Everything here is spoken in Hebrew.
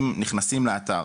אם נכנסים לאתר,